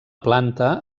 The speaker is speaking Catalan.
planta